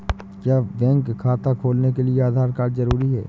क्या बैंक खाता खोलने के लिए आधार कार्ड जरूरी है?